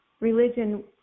religion